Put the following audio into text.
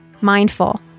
mindful